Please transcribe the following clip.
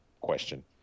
question